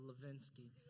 Levinsky